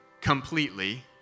completely